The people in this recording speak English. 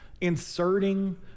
inserting